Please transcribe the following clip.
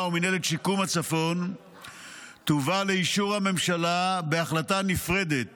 ומינהלת שיקום הצפון תובא לאישור הממשלה בהחלטה נפרדת